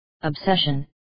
obsession